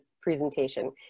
presentation